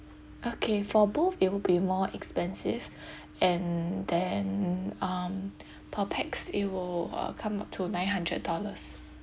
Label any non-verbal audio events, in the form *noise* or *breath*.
okay for both it will be more expensive *breath* and then um *breath* per pax it will uh come up to nine hundred dollars